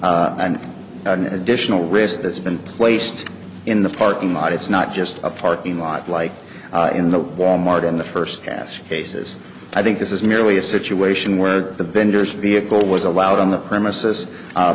a and an additional risk that's been placed in the parking lot it's not just a parking lot like in the wal mart in the first pass cases i think this is merely a situation where the bender's vehicle was allowed on the premises